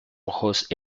ojos